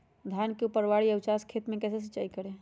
धान के ऊपरवार या उचास खेत मे कैसे सिंचाई करें?